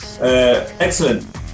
Excellent